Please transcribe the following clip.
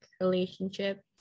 relationship